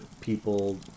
people